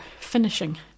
Finishing